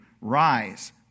Rise